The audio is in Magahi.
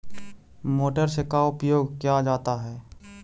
मोटर से का उपयोग क्या जाता है?